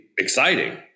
exciting